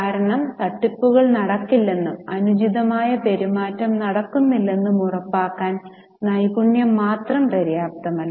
കാരണം തട്ടിപ്പുകൾ നടക്കില്ലെന്നും അനുചിതമായ പെരുമാറ്റം നടക്കുന്നില്ലെന്നും ഉറപ്പാക്കാൻ നൈപുണ്യം മാത്രം പര്യാപ്തമല്ല